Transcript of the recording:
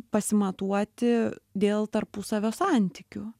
pasimatuoti dėl tarpusavio santykių